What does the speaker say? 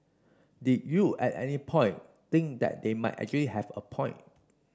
did you at any point think that they might actually have a point